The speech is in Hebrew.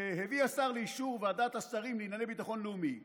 "הביא השר לאישור ועדת השרים לענייני ביטחון לאומי דוח,